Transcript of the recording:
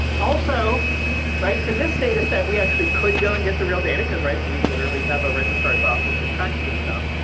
also right for this data set we actually could go and get the real data because right we literally have a registrar's office to track this stuff.